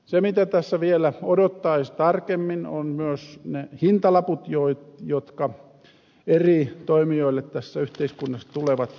se mitä tässä vielä odottaisi tarkemmin on myös ne hintalaput jotka eri toimijoille tässä yhteiskunnassa tulevat maksettaviksi